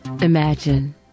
Imagine